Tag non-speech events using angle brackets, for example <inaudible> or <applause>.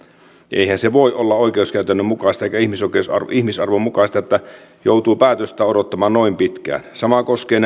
eihän se voi olla oikeuskäytännön mukaista eikä ihmisarvon mukaista että joutuu päätöstä odottamaan noin pitkään sama koskee <unintelligible>